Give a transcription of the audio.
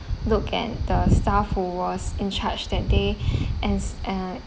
look at the staff who was in charge that day and uh